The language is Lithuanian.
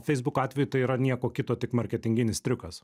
feisbuko atveju tai yra nieko kito tik marketinginis triukas